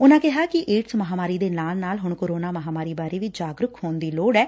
ਉਨੂਾ ਕਿਹਾ ਕਿ ਏਡਜ ਮਹਾਂਮਾਰੀ ਦੇ ਨਾਲ ਨਾਲ ਹੁਣ ਕੋਰੋਨਾ ਮਹਾਂਮਾਰੀ ਬਾਰੇ ਵੀ ਜਾਗਰੁਕ ਹੋਣ ਦੀ ਲੋੜ ਏ